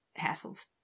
hassles